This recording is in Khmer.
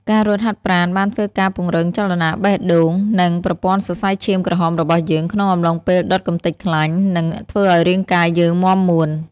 ការរត់ហាត់ប្រាណបានធ្វើការពង្រឹងចលនាបេះដូង និង ប្រព័ន្ធសសៃឈាមក្រហមរបស់យើង ក្នុងអំឡុងពេលដុតកំទេចខ្លាញ់ និង ធ្វើឲ្យរាងកាយយើងមាំមួន។